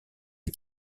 les